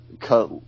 cut